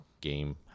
game